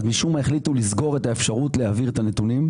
משום מה החליטו לסגור את האפשרות להעביר את הנתונים.